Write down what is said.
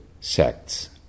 sects